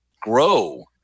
Grow